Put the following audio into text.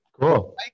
cool